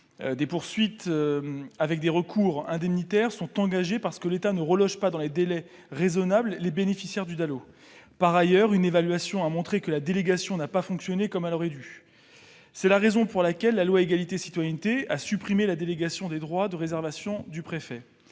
Des poursuites et des recours indemnitaires sont engagés parce que l'État ne reloge pas dans les délais raisonnables les bénéficiaires du DALO. Par ailleurs, une évaluation a montré que la délégation n'a pas fonctionné comme elle aurait dû. C'est pourquoi la loi Égalité et citoyenneté a supprimé la délégation des droits de réservation du préfet.